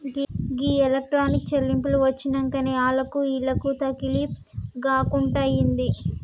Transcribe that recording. గీ electronic చెల్లింపులు వచ్చినంకనే ఆళ్లకు ఈళ్లకు తకిలీబ్ గాకుంటయింది